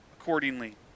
accordingly